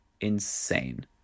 insane